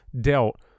dealt